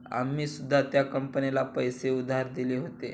आम्ही सुद्धा त्या कंपनीला पैसे उधार दिले होते